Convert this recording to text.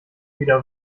wieder